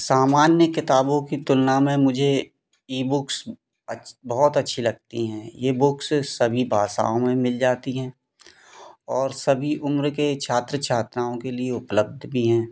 सामान्य किताबों की तुलना में मुझे ई बुक्स बहोत अच्छी लगती हैं ये बुक्स सभी भाषाओं में मिल जाती हैं और सभी उम्र के छात्र छात्राओं के लिए उपलब्ध भी हैं